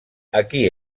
aquí